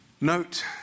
Note